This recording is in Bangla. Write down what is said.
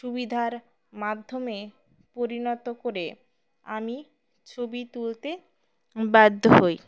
সুবিধার মাধ্যমে পরিণত করে আমি ছবি তুলতে বাধ্য হই